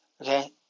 okay